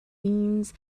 means